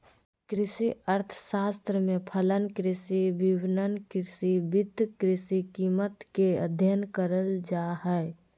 कृषि अर्थशास्त्र में फलन, कृषि विपणन, कृषि वित्त, कृषि कीमत के अधययन करल जा हइ